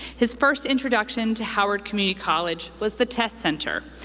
his first introduction to howard community college was the test center,